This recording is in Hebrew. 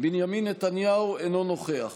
אותם ואת אחיהם בכל